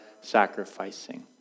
sacrificing